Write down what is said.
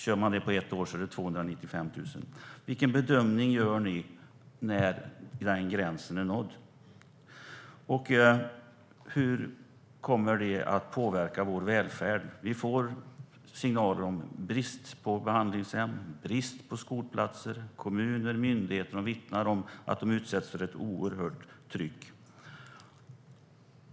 Slår man ut det på ett år blir det 295 000. Vilken bedömning gör ni av när gränsen är nådd? Och hur kommer detta att påverka vår välfärd? Vi får signaler om brist på behandlingshem och brist på skolplatser. Kommuner och myndigheter vittnar om att de utsätts för ett oerhört tryck.